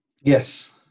yes